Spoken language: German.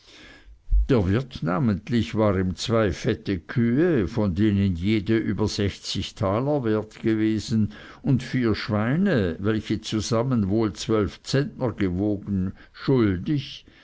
der wirt namentlich war ihm zwei fette kühe von denen jede über sechzig taler wert gewesen und vier schweine welche zusammen wohl zwölf zentner gewogen schuldig